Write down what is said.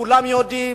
כולם יודעים,